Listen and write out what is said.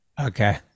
Okay